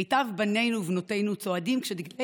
מיטב בנינו ובנותינו צועדים כשדגלי